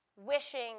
wishing